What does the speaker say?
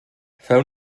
feu